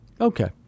Okay